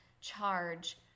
charge